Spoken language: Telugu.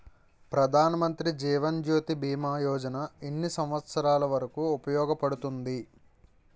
ప్రధాన్ మంత్రి జీవన్ జ్యోతి భీమా యోజన ఎన్ని సంవత్సారాలు వరకు ఉపయోగపడుతుంది?